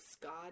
God